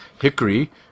hickory